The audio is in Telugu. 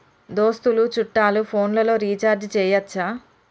దోస్తులు చుట్టాలు ఫోన్లలో రీఛార్జి చేయచ్చా?